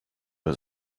his